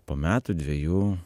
po metų dvejų